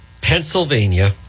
Pennsylvania